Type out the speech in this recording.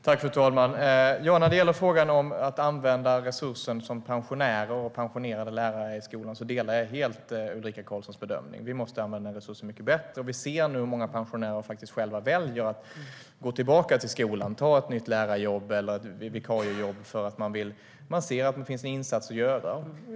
Fru talman! När det gäller frågan om att använda pensionerade lärare i skolan delar jag helt Ulrika Carlssons bedömning. Vi måste använda den resursen mycket bättre. Många pensionärer väljer nu att gå tillbaka till skolan, ta ett nytt lärarjobb eller ett vikariat, eftersom de ser att där finns en insats att göra.